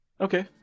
Okay